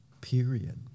period